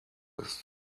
ist